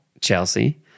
Chelsea